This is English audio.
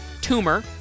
tumor